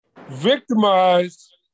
victimized